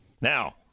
Now